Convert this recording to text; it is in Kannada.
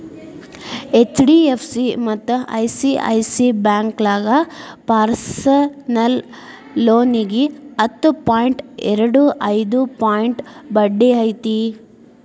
ಎಚ್.ಡಿ.ಎಫ್.ಸಿ ಮತ್ತ ಐ.ಸಿ.ಐ.ಸಿ ಬ್ಯಾಂಕೋಳಗ ಪರ್ಸನಲ್ ಲೋನಿಗಿ ಹತ್ತು ಪಾಯಿಂಟ್ ಎರಡು ಐದು ಪರ್ಸೆಂಟ್ ಬಡ್ಡಿ ಐತಿ